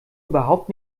überhaupt